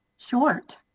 Short